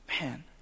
man